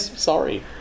Sorry